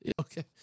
Okay